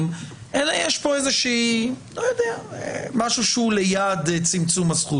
אלא יש כאן משהו שהוא ליד צמצום הזכות,